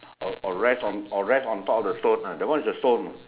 or or rest on or rest on top of the stone that one is the stone